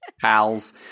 pals